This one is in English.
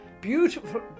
Beautiful